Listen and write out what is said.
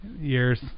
years